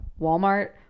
Walmart